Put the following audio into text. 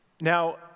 Now